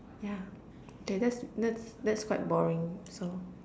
yeah that's that's that's quite boring so